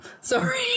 sorry